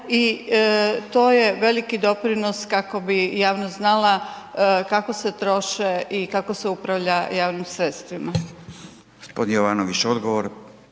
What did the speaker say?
i to je veliki doprinos kako bi jasnost znala kako se troše i kako se upravlja javnih sredstvima.